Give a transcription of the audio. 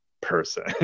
person